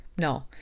no